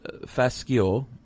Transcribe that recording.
fascio